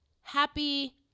happy